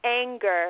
anger